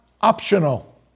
optional